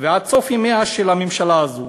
ועד סוף ימיה של הממשלה הזאת?